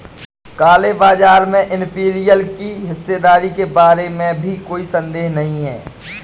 काले बाजार में इंपीरियल की हिस्सेदारी के बारे में भी कोई संदेह नहीं है